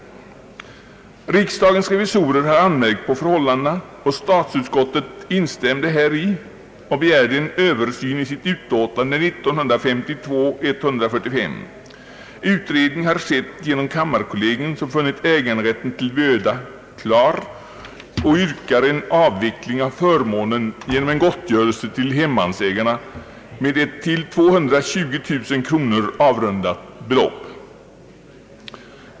Riksdagens revisorer har anmärkt på förhållandena, och statsutskottet instämde häri och begärde i sitt utlåtande 1952:145 en översyn av bestämmelserna. Utredning har skett genom kammarkollegium, som funnit äganderätten till Böda klar och yrkat en avveckling av förmånen genom gottgörelse till hemmansägarna med ett till 220 000 kronor avrundat belopp.